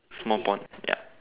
small pond yep